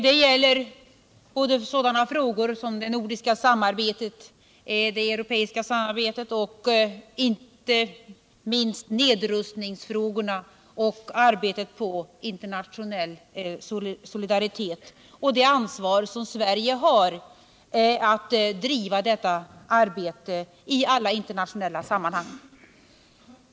Det gäller både i sådana frågor som det nordiska samarbetet, det europeiska samarbetet och inte minst nedrustningsfrågorna samt arbetet på internationell solidaritet liksom frågan om det ansvar som Sverige har att driva detta arbete i alla internationella sammanhang.